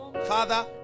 Father